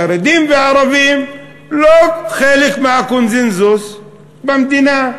חרדים וערבים הם לא חלק מהקונסנזוס במדינה.